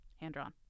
hand-drawn